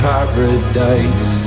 Paradise